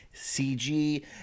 CG